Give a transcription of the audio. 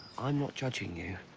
i'm not judging you.